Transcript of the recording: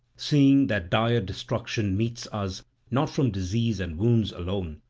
seeing that dire destruction meets us not from disease and wounds alone,